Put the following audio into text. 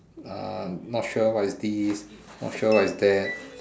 uh not sure what is this not sure what is that